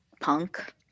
Punk